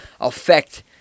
affect